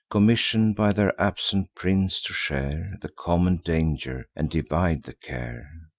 commission'd by their absent prince to share the common danger, and divide the care.